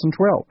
2012